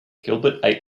gilbert